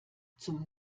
zum